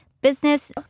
business